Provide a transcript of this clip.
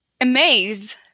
amazed